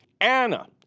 Anna